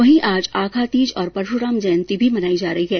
वहीं आज आखातीज और परशुराम जयन्ती भी मनाई जा रही है